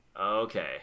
Okay